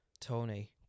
Tony